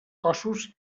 cossos